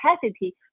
capacity